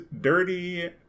dirty